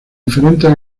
diferentes